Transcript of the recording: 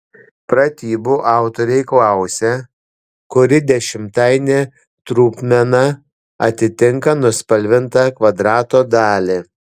pratybų autoriai klausia kuri dešimtainė trupmena atitinka nuspalvintą kvadrato dalį